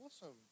Awesome